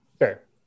Sure